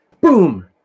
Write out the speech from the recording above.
boom